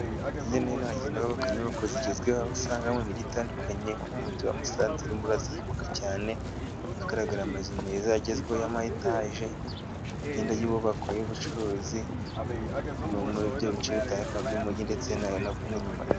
Hirya no hino hagenda hubakwa inyubako zigezweho aho usanga mu mijyi itandukanye nko mu mujyi wa Musanze urimo urazamuka cyane, hagaragara amazu meza agezweho y'ama etage agenda yubakwa y'ubucuruzi, muri ibyo bice bitandukanye by'umujyi.